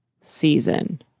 season